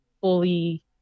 fully